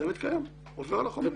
הצוות קיים, הוא עובר על החומר.